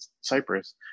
Cyprus